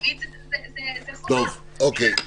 זאת חובה.